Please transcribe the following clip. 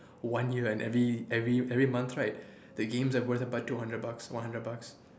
one year and every every every month right the games are worth about two hundred bucks one hundred bucks